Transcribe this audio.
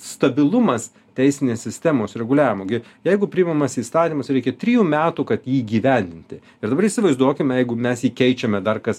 stabilumas teisinės sistemos reguliavimo gi jeigu priimamas įstatymas reikia trijų metų kad jį įgyvendinti ir dabar įsivaizduokime jeigu mes jį keičiame dar kas